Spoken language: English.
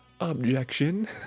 objection